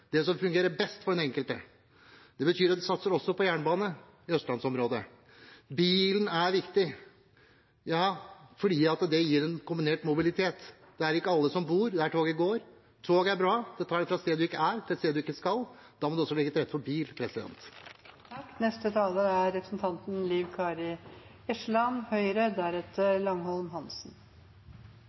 det som fungerer best for den enkelte. Det betyr at vi også satser på jernbane i Østlands-området. Bilen er viktig fordi den gir en kombinert mobilitet. Det er ikke alle som bor der toget går. Tog er bra, men det tar deg fra et sted du ikke er, til et sted du ikke skal. Da må man også legge til rette for bil. Hordfast, som del av ein ferjefri forbindelse langs kysten vår, har to formål: Det er